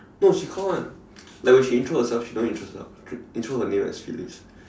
no she call [one] like when she intro herself she don't intro herself intro her name as Felice